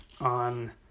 on